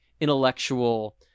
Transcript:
intellectual